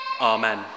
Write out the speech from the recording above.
Amen